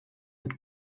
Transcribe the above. mit